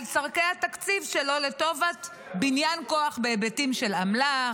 צורכי התקציב שלו לטובת בניין כוח בהיבטים של אמל"ח,